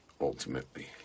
ultimately